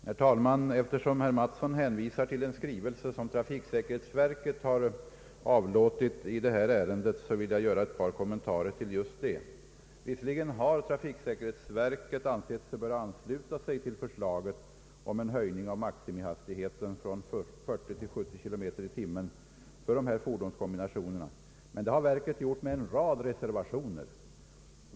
Herr talman! Eftersom herr Mattsson hänvisar till en skrivelse, som trafiksäkerhetsverket har avlåtit i detta ärende, vill jag göra ett par kommentarer just härtill. Visserligen har trafiksäkerhetsverket ansett sig böra ansluta sig till förslaget om en höjning av maximihastigheten från 40 till 70 km/tim för dessa fordonskombinationer, men det har verket gjort med en rad reservationer.